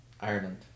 Ireland